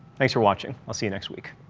thanks for watching. i'll see you next week.